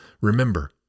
Remember